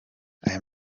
aya